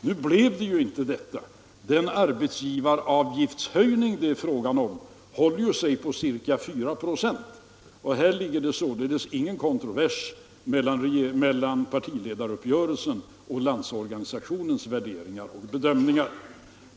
Nu blev det inte 6 96, utan den arbetsgivaravgiftshöjning som det är fråga om håller sig på ca 4 96, och här föreligger det således ingen kontrovers mellan partiledaruppgörelsen och Landsorganisationens värderingar och bedömningar.